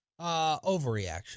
Overreaction